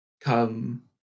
come